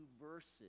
verses